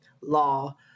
law